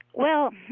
well,